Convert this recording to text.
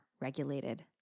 regulated